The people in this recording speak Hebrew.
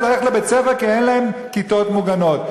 ללכת לבית-ספר כי אין להם כיתות מוגנות.